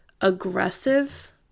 aggressive